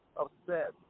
upset